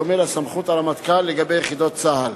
בדומה לסמכות הרמטכ"ל לגבי יחידות צה"ל.